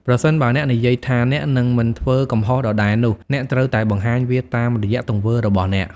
ប្រសិនបើអ្នកនិយាយថាអ្នកនឹងមិនធ្វើកំហុសដដែលនោះ អ្នកត្រូវតែបង្ហាញវាតាមរយៈទង្វើរបស់អ្នក។